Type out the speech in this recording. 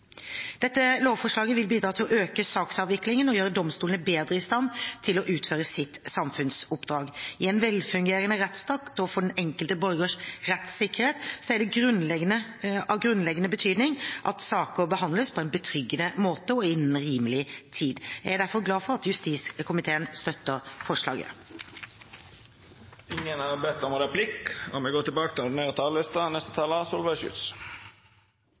Dette lovforslaget vil bidra til å øke saksavviklingen og gjøre domstolene bedre i stand til å utføre sitt samfunnsoppdrag. I en velfungerende rettsstat og for den enkelte borgers rettssikkerhet er det av grunnleggende betydning at saker behandles på en betryggende måte og innen rimelig tid. Jeg er derfor glad for at justiskomiteen støtter forslaget. Dei talarane som heretter får ordet, har